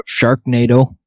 Sharknado